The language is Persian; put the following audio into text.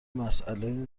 مساله